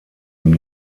ihm